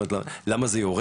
זאת אומרת למה זה יורד?